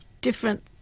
different